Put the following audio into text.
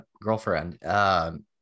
girlfriend